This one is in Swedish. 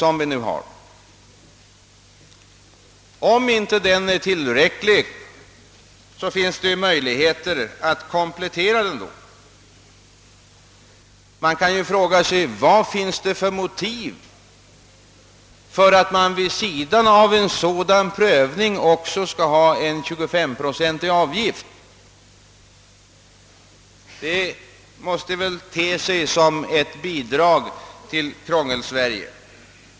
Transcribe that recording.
Om den inte är tillräcklig finns det möjligheter att komplettera den. Vad finns det för motiv för att man vid sidan av en sådan prövning också skall ha en 25-pro centig avgift? Det måste väl te sig som ett bidrag till krångel-Sverige.